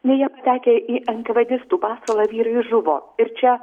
deja patekę į enkavadistų pasalą vyrai žuvo ir čia